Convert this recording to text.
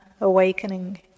awakening